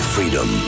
Freedom